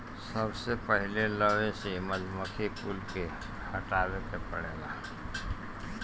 सबसे पहिले लवे से मधुमक्खी कुल के हटावे के पड़ेला